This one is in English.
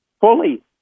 fully